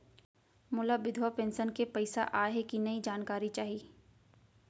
मोला विधवा पेंशन के पइसा आय हे कि नई जानकारी चाही?